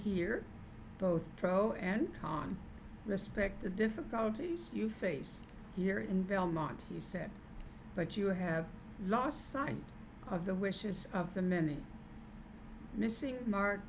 here both pro and con respect the difficulties you face here in belmont he said but you have lost sight of the wishes of the many missing mark